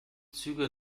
züge